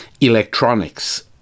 electronics